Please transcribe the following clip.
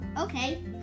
okay